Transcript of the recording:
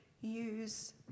use